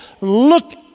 look